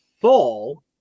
fall